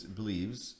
believes